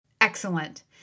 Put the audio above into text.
Excellent